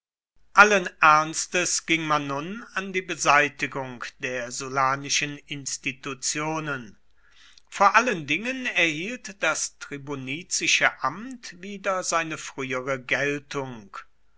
allen ernstes ging man nun an die beseitigung der sullanischen institutionen vor allen dingen erhielt das tribunizische amt wieder seine frühere geltung